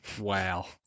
Wow